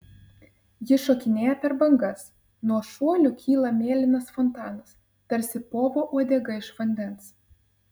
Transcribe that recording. ji šokinėja per bangas nuo šuolių kyla mėlynas fontanas tarsi povo uodega iš vandens